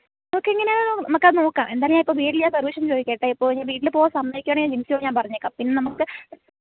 നമുക്ക് ഇങ്ങനെ നമുക്ക് അത് നോക്കാം എന്തായാലും ഞാൻ ഇപ്പോൾ വീട്ടിൽ ഞാൻ പെർമിഷൻ ചോദിക്കട്ടെ വീട്ടിൽ പോവാൻ സമ്മതിക്കുവാണെങ്കിൽ ജിൻസിയോട് ഞാൻ പറഞ്ഞേക്കാം പിന്നെ നമുക്ക്